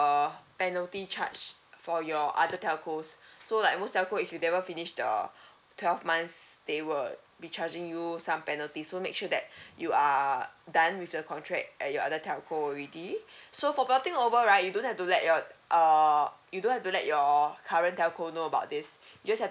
uh penalty charge for your other telcos so like most telco if you never finish the twelve months they would be charging you some penalty so make sure that you are done with your contract at your other telco already so for porting over right you don't have to let your uh you don't have to let your current telco know about this you just have